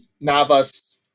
Navas